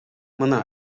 мына